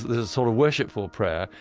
there's sort of worshipful prayer.